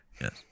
Yes